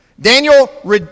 Daniel